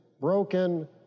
broken